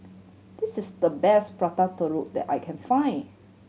this is the best Prata Telur that I can find